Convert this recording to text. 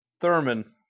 Thurman